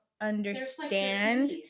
understand